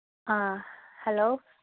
hello